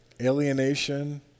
alienation